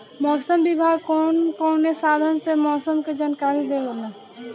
मौसम विभाग कौन कौने साधन से मोसम के जानकारी देवेला?